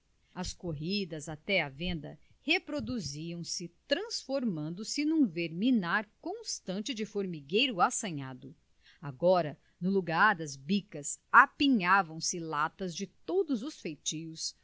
as corridas até à venda reproduziam se transformando se num verminar constante de formigueiro assanhado agora no lugar das bicas apinhavam se latas de todos os feitios